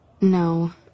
No